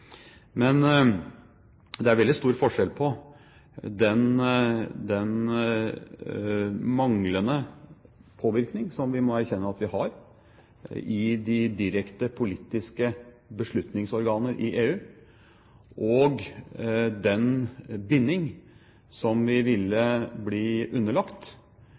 Men det er veldig stor forskjell på den manglende påvirkning – som vi må erkjenne at vi har – i de direkte politiske beslutningsorganene i EU og den binding som vi ville bli underlagt